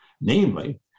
Namely